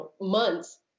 months